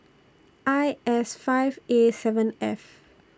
I S five A seven F